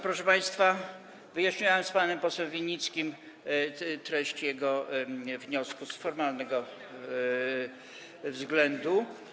Proszę państwa, wyjaśniałem z panem posłem Winnickim treść jego wniosku z formalnego względu.